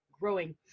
growing